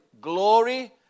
glory